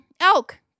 elk